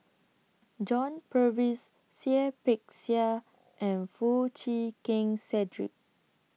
John Purvis Seah Peck Seah and Foo Chee Keng Cedric